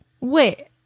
Wait